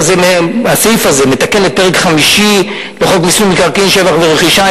הסעיף הזה מתקן את הפרק החמישי לחוק מיסוי מקרקעין (שבח ורכישה),